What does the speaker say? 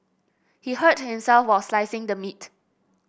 he hurt himself while slicing the meat